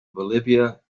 bolivia